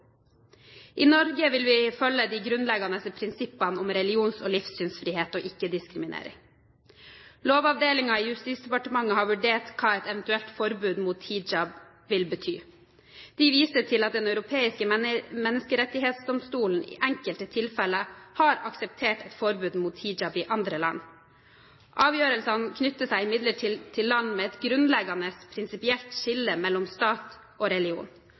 I Norge vil vi følge de grunnleggende prinsippene om religions- og livssynsfrihet og ikke-diskriminering. Lovavdelingen i Justisdepartementet har vurdert hva et eventuelt forbud mot hijab vil bety. De viser til at Den europeiske menneskerettighetsdomstol i enkelte tilfeller har akseptert et forbud mot hijab i enkelte land. Avgjørelsene knytter seg imidlertid til land med et grunnleggende prinsipielt skille mellom stat og religion.